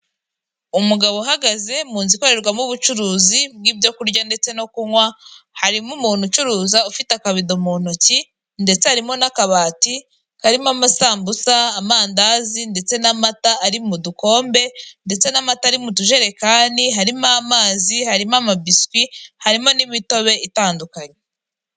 Ahantu muri sale haherereye abantu baje kwamamaza ibintu byabo by'ibicuruzwa ku ruhande imbere yabo hari abantu bari kubireba banareba uburyo bikorwa .